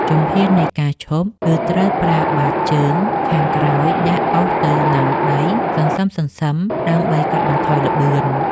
ជំហាននៃការឈប់ គឺត្រូវប្រើបាតជើងខាងក្រោយដាក់អូសទៅនឹងដីសន្សឹមៗដើម្បីកាត់បន្ថយល្បឿន។